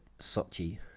Sochi